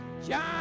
John